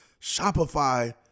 Shopify